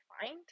find